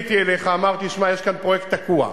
פניתי אליך ואמרתי: תשמע, יש כאן פרויקט תקוע.